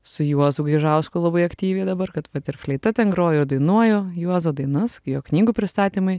su juozu gaižausku labai aktyviai dabar kad vat ir fleita ten groju ir dainuoju juozo dainas jo knygų pristatymai